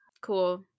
Cool